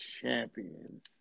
champions